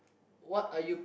what are you